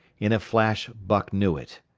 in a flash buck knew it.